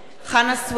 חנא סוייד,